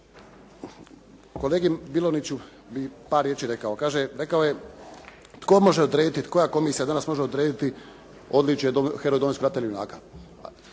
Kolegi Bilonjiću bih par riječi rekao. Kaže, rekao je tko može odrediti, koja komisija danas može odrediti odličje "Heroja Domovinskog rata" ili junaka?